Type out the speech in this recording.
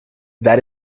that